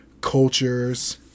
cultures